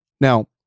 Now